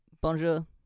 Bonjour